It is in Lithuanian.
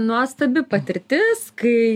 nuostabi patirtis kai